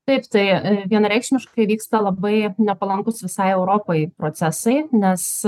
taip tai vienareikšmiškai vyksta labai nepalankūs visai europai procesai nes